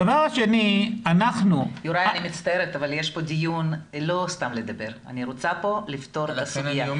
אנחנו מקיימים כאן את הדיון לא סתם כדי לדבר אלא לפתור את הנושא.